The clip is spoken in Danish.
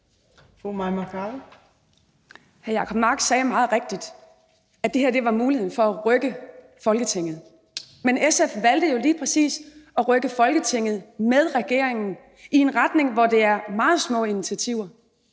Mai Mercado (KF): Hr. Jacob Mark sagde meget rigtigt, at det her var muligheden for at rykke Folketinget. Men SF valgte jo lige præcis at rykke Folketinget med regeringen i en retning, hvor der er tale om meget små initiativer.